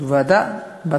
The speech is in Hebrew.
זו ועדה בת